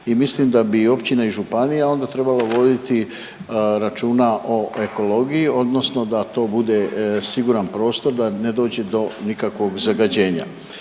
mislim da bi i općina i županija onda treba voditi računa o ekologiji odnosno da to bude siguran prostor da ne dođe do nikakvog zagađenja.